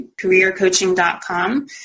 careercoaching.com